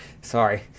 sorry